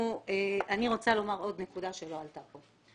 אני רוצה לומר עוד נקודה שלא הועלתה כאן.